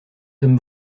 homme